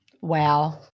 Wow